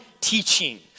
teaching